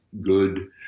good